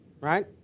right